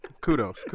Kudos